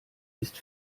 ist